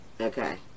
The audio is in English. Okay